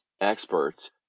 experts